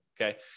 okay